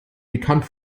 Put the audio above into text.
bekannt